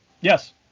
yes